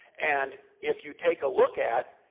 and if you take a look at,